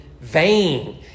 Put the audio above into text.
vain